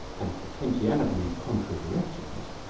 and a potentiality in contrary directions,